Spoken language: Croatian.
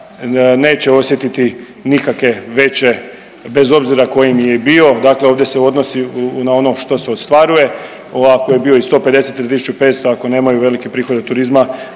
neće osjetiti nikakve veće bez obzira koji im je bio, dakle ovdje se odnosi na ono što se ostvaruje, ovako ako je bio i 150 ili 1.500 ako nemaju velike prihode od turizma